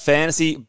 Fantasy